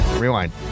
rewind